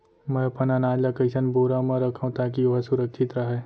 मैं अपन अनाज ला कइसन बोरा म रखव ताकी ओहा सुरक्षित राहय?